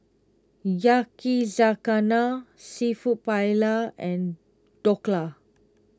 Yakizakana Seafood Paella and Dhokla